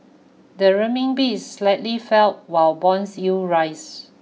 the Ren Min Bi slightly fell while bonds yield rise